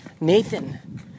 Nathan